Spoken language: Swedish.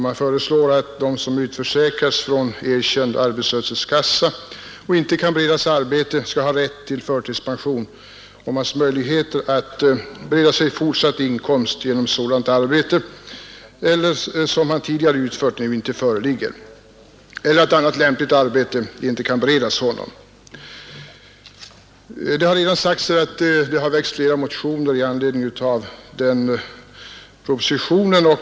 Man föreslår att den som utförsäkrats från erkänd arbetslöshetskassa och inte kan beredas arbete skall ha rätt till förtidspension, om han inte längre har möjligheter att bereda sig fortsatt inkomst genom sådant arbete som han tidigare utfört eller om annat lämpligt arbete inte kan beredas honom. Det har väckts flera motioner med anledning av propositionen.